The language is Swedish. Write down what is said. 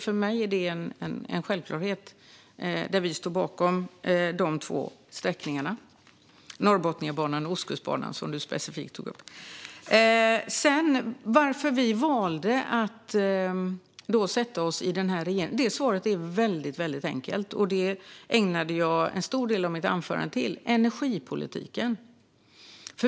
För mig är detta en självklarhet, och vi står bakom de båda sträckningar - Norrbotniabanan och Ostkustbanan - som ledamoten specifikt tog upp. När det gäller varför vi valde att sätta oss i denna regering är svaret enkelt, och jag ägnade en stor del av mitt anförande åt det: energipolitiken.